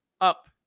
up